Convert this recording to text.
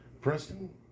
Preston